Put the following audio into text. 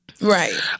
Right